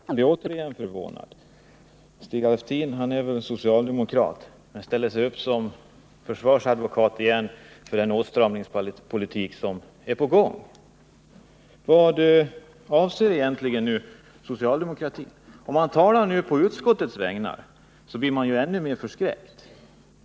Fru talman! Man blir återigen förvånad. Stig Alftin är väl socialdemokrat men ställer upp som försvarsadvokat för den åtstramningspolitik som är i gång. Vad vill egentligen socialdemokratin? När det nu talas å utskottets vägnar blir man ju ännu mer förskräckt.